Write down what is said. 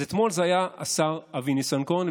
אז אתמול זה היה השר אבי ניסנקורן,